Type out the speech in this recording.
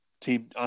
team